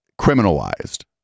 criminalized